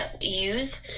use